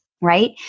right